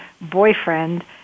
boyfriend